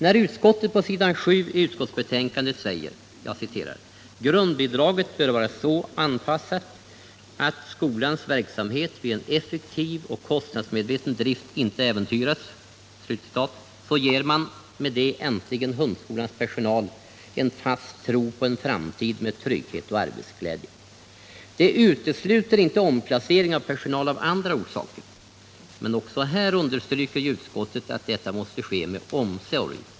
När utskottet på s. 7 i utskottsbetänkandet skriver att grundbidraget ”bör vara så avpassat att skolans verksamhet vid en effektiv och kostnadsmedveten drift inte äventyras”, så ger man därmed äntligen hundskolans personal en fast tro på en framtid med trygghet och arbetsglädje. Det utesluter inte omplaceringar av personal av andra orsaker, men utskottet understryker ju att detta måste ske med omsorg.